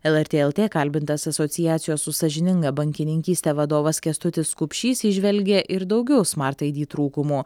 lrt lt kalbintas asociacijos už sąžiningą bankininkystę vadovas kęstutis kupšys įžvelgia ir daugiau smart ai di trūkumų